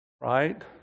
Right